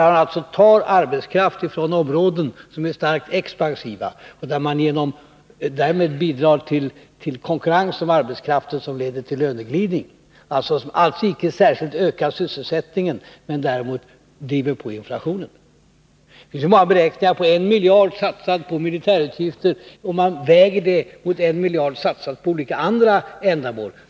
Man tar arbetskraft från områden som är starkt expansiva, och därmed bidrar man till konkurrens om arbetskraften. Det leder till löneglidning, som icke särskilt ökar sysselsättningen men däremot driver på inflationen. Det har gjorts många beräkningar, och i en sådan vägs en miljard satsad på militärutgifter mot en miljard satsad på olika andra ändamål.